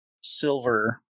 silver